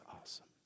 awesome